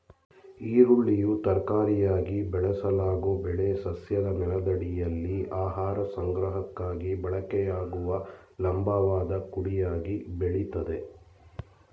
ಈರುಳ್ಳಿಯು ತರಕಾರಿಯಾಗಿ ಬಳಸಲಾಗೊ ಬೆಳೆ ಸಸ್ಯದ ನೆಲದಡಿಯಲ್ಲಿ ಆಹಾರ ಸಂಗ್ರಹಕ್ಕಾಗಿ ಬಳಕೆಯಾಗುವ ಲಂಬವಾದ ಕುಡಿಯಾಗಿ ಬೆಳಿತದೆ